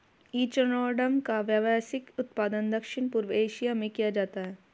echinoderm का व्यावसायिक उत्पादन दक्षिण पूर्व एशिया में किया जाता है